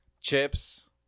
chips